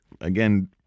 again